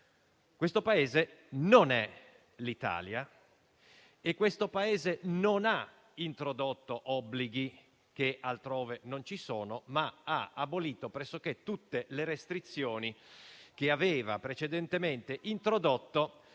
Questo Paese non è l'Italia e non ha introdotto obblighi, che altrove non ci sono, ma ha abolito pressoché tutte le restrizioni che aveva precedentemente introdotto